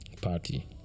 party